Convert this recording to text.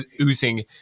oozing